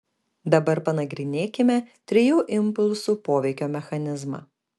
dabar panagrinėkime trijų impulsų poveikio mechanizmą